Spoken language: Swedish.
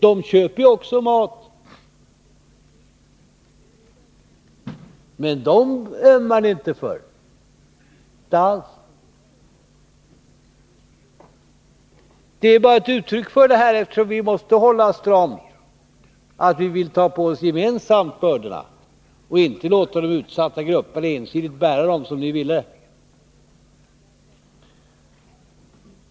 De behöver också köpa mat, men dem ömmar ni inte för, inte alls. Vi måste gemensamt ta på oss bördorna och inte låta de utsatta grupperna ensidigt bära dem, som ni ville.